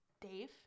Dave